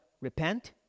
Repent